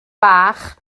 bach